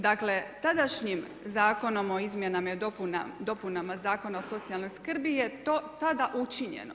Dakle, tadašnjim Zakonom o izmjenama i dopunama Zakona o socijalnoj skrbi je to tada učinjeno.